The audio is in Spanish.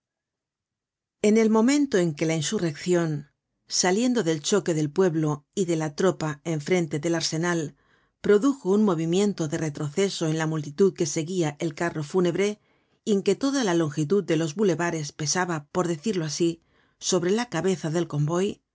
en el momento en que la insurreccion saliendo del choque del pueblo y de la tropa en frente del arsenal produjo un movimiento de retroceso en la multitud que seguia el carro fúnebre y en que toda la longitud de los boulevares pesaba por decirlo asi sobre la cabeza del convoy